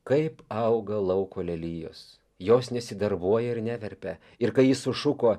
kaip auga lauko lelijos jos nesidarbuoja ir neverpia ir kai jis sušuko